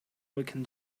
looking